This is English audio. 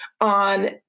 on